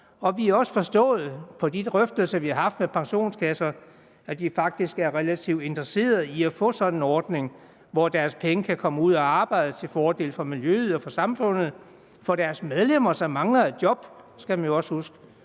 Vi har også forstået på de drøftelser, vi har haft med pensionskasser, at de faktisk er relativt interesseret i at få sådan en ordning, hvor deres penge kan komme ud at arbejde til fordel for miljøet og for samfundet – og for deres medlemmer, som mangler et job, skal man jo også huske